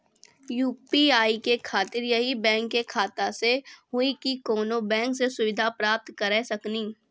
UPI के खातिर यही बैंक के खाता से हुई की कोनो बैंक से सुविधा प्राप्त करऽ सकनी?